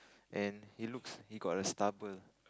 and he looks he got a stubble